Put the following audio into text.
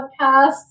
podcasts